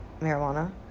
marijuana